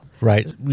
Right